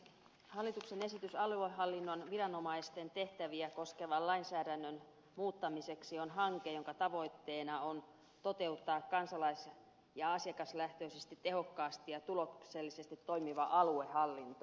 hallituksen esitys aluehallinnon viranomaisten tehtäviä koskevan lainsäädännön muuttamiseksi on hanke jonka tavoitteena on toteuttaa kansalais ja asiakaslähtöisesti tehokkaasti ja tuloksellisesti toimiva aluehallinto